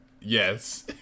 Yes